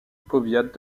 powiat